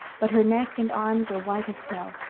but her neck and arms are white as snow.